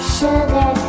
sugar